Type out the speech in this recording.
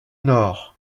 nord